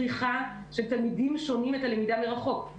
אבל בראש ובראשונה צריך לעמוד ולהסתכל ולדבר על הוקרת מורי ישראל.